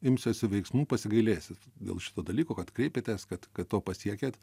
imsiuosi veiksmų pasigailėsit dėl šito dalyko kad kreipiatės kad kad to pasiekėt